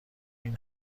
این